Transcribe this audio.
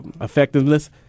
effectiveness